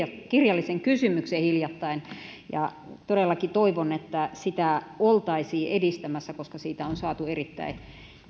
kirjallisen kysymyksen hiljattain todellakin toivon että sitä oltaisiin edistämässä koska siitä on saatu erittäin